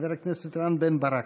חבר הכנסת רם בן-ברק.